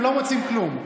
הם לא מוצאים כלום.